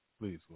please